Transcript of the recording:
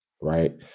right